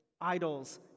idols